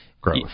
growth